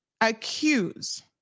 accuse